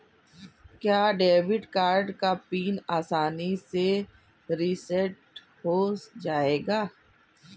क्या debit card का pin आसानी से रीसेट हो जाएगा?